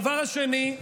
הדבר השני,